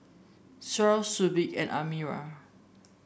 Syah Shuib and Amirah